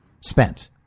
spent